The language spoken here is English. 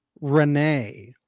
Renee